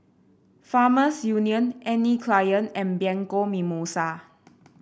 Farmers Union Anne Klein and Bianco Mimosa